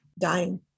dying